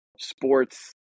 sports